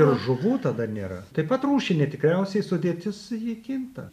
ir žuvų tada nėra taip pat rūšinė tikriausiai sudėtis ji kinta